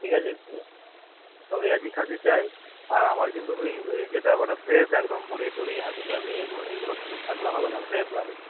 ঠিক আছে সব রেওয়াজি খাসি চাই আর আমার কিন্তু ওই ওই যেটা মানে ফ্রেশ একদম ভুঁড়ি টুঁড়ি হাবি জাবি এগুলো কিন্তু এগুলো কিন্তু থাকলে হবে না ফ্রেশ লাগবে